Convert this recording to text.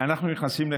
אנחנו נכנסים לחברון,